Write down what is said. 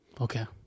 Okay